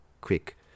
quick